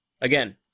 again